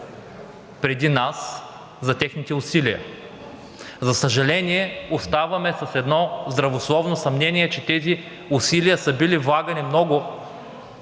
преди нас. За съжаление, оставаме с едно здравословно съмнение, че тези усилия са били влагани много